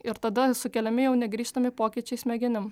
ir tada sukeliami jau negrįžtami pokyčiai smegenim